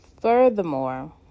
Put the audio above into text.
Furthermore